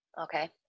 Okay